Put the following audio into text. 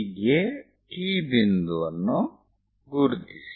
ಹೀಗೆ T ಬಿಂದುವನ್ನು ಗುರುತಿಸಿ